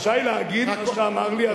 אני רשאי להגיד מה שאמר לי,